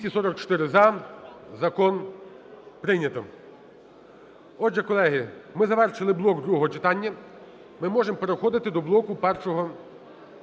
244 – за. Закон прийнято. Отже, колеги, ми завершили блок другого читання. Ми можемо переходити до блоку першого читання.